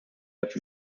have